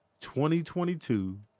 2022